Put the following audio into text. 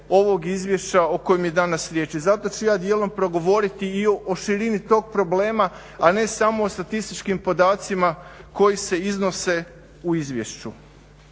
ovog izvješća o kojem je danas riječ i zato ću ja djelom progovoriti i o širini tog problema a ne samo o statističkim podacima koji se iznose u izvješću.